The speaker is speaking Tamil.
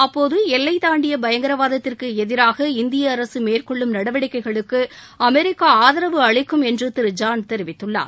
அப்போது எல்லை தாண்டிய பயங்கரவாதத்திற்கு எதிராக இந்திய அரசு மேற்கொள்ளும் நடவடிக்கைகளுக்கு அமெரிக்கா ஆதரவு அளிக்கும் என்று திரு ஜான் தெரிவித்துள்ளார்